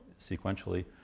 sequentially